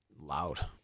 Loud